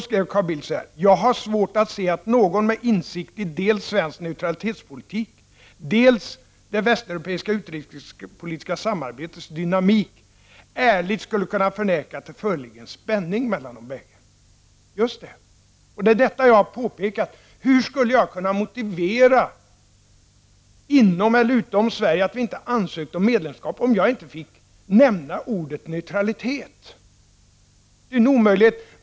Han skrev då: Jag har svårt att se att någon med insikt i dels svensk neutralitetspolitik, dels det västeuropeiska utrikespolitiska samarbetets dynamik ärligt skulle kunna förneka att det föreligger en spänning mellan de bägge. Just det. Det är också detta som jag har påpekat. Hur skulle jag kunna motivera inom eller utom Sverige att vi inte har ansökt om medlemskap, om jag inte fick nämna ordet neutralitet? Det är en omöjlighet.